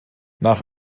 nach